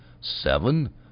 Seven